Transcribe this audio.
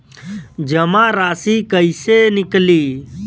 जमा राशि कइसे निकली?